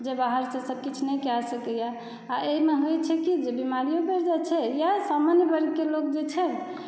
जे बाहरसे सभ किछु नहि कए सकैया आ एहिमे होइ छै कि बिमारी वर्ग जे छै या सामान्य वर्गके लोक जे छै